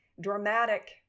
dramatic